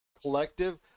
collective